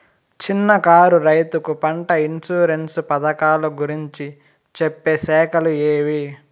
చిన్న కారు రైతుకు పంట ఇన్సూరెన్సు పథకాలు గురించి చెప్పే శాఖలు ఏవి?